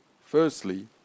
firstly